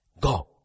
Go